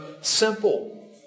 simple